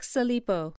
Salipo